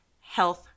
health